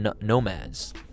nomads